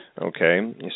Okay